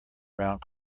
round